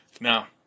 Now